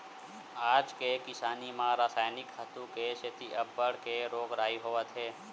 आज के किसानी म रसायनिक खातू के सेती अब्बड़ के रोग राई होवत हे